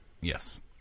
Yes